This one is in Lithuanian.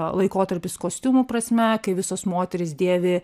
laikotarpis kostiumų prasme kai visos moterys dėvi